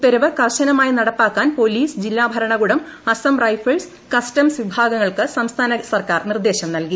ഉത്തരവ് കർശറ്റ്മായി നടപ്പാക്കാൻ പൊലീസ് ജില്ലാ ഭരണകൂടം അസം ഗ്ലൈഫിൾസ് കസ്റ്റംസ് വിഭാഗങ്ങൾക്ക് സംസ്ഥാന ഗവൺമെന്റ് ്നിർദ്ദേശം നൽകി